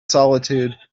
solitude